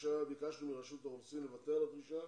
ביקשנו מרשות האוכלוסין לוותר על הדרישה